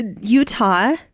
Utah